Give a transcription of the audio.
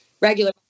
regular